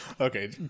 Okay